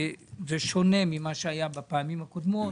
זה שונה ממה שהיה בפעמים הקודמות,